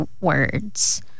words